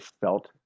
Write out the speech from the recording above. felt